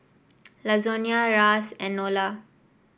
Lasonya Ras and Nola